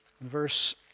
verse